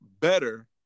better